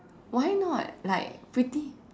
why not like pretty